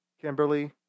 Kimberly